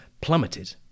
plummeted